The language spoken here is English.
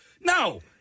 No